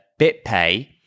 BitPay